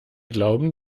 glauben